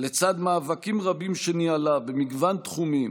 לצד מאבקים רבים שניהלה במגוון תחומים,